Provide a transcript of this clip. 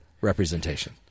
representation